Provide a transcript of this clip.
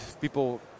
people